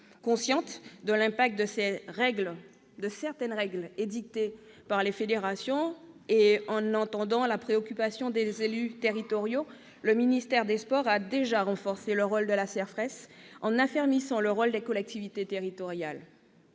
Conscient de l'impact de certaines règles édictées par les fédérations et à l'écoute de la préoccupation des élus territoriaux, le ministère des sports a déjà renforcé le rôle de la CERFRES, en affermissant celui des collectivités territoriales.